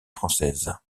française